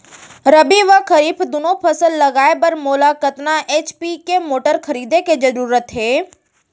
रबि व खरीफ दुनो फसल लगाए बर मोला कतना एच.पी के मोटर खरीदे के जरूरत हे?